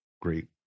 great